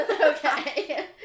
Okay